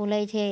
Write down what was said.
बुलै छै